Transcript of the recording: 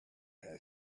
had